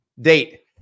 date